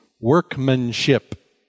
workmanship